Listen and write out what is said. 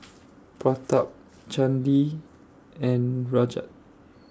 Pratap Chandi and Rajat